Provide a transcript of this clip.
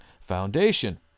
foundation